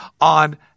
on